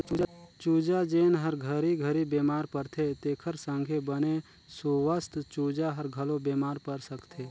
चूजा जेन हर घरी घरी बेमार परथे तेखर संघे बने सुवस्थ चूजा हर घलो बेमार पर सकथे